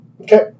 Okay